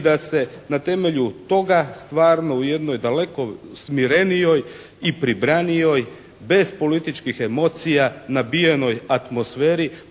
i da se na temelju toga stvarno u jednoj daleko smirenijoj i pribranijoj bez političkih emocija nabijenoj atmosferi